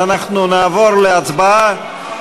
אז אנחנו נעבור להצבעה.